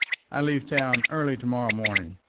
i leave town early to-morrow morning.